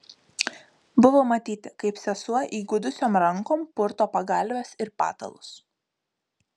buvo matyti kaip sesuo įgudusiom rankom purto pagalves ir patalus